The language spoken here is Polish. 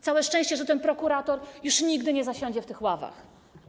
Całe szczęście, że ten prokurator już nigdy nie zasiądzie w tych ławach.